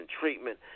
treatment